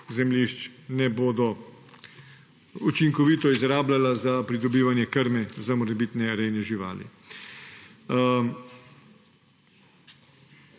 zemljišč ne bodo učinkovito izrabljala za pridobivanje krme za morebitne rejne živali.